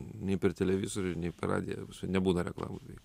nei per televizorių per radiją nebūna reklamų